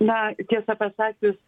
na tiesą pasakius